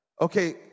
Okay